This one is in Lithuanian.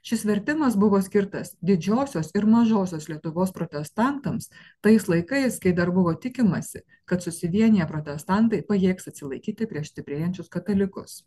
šis vertimas buvo skirtas didžiosios ir mažosios lietuvos protestantams tais laikais kai dar buvo tikimasi kad susivieniję protestantai pajėgs atsilaikyti prieš stiprėjančius katalikus